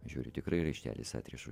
žiūriu tikrai raištelis atrišu